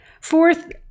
Fourth